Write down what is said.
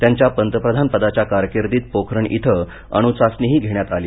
त्यांच्या पंतप्रधानपदाच्या कारकीर्दीत पोखरण इथं अणू चाचणीही घेण्यात आली